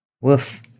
Woof